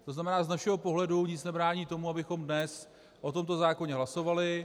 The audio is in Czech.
To znamená, z našeho pohledu nic nebrání tomu, abychom dnes o tomto zákoně hlasovali.